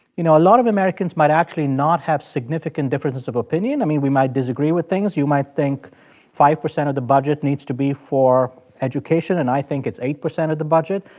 you know, lot of americans might actually not have significant differences of opinion i mean, we might disagree with things. you might think five percent of the budget needs to be for education, and i think it's eight percent of the budget.